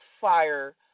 fire